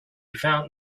found